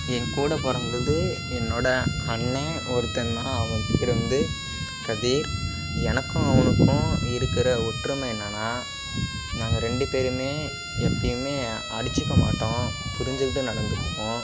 என் கூட பிறந்தது என்னோடய அண்ணேன் ஒருத்தன் தான் அவன் பேரு வந்து கதிர் எனக்கும் அவனுக்கும் இருக்கிற ஒற்றுமை என்னன்னா நாங்கள் ரெண்டு பேருமே எப்பவுமே அடிச்சிக்க மாட்டோம் புரிஞ்சிக்கிட்டு நடந்துக்குவோம்